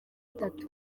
itatu